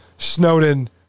Snowden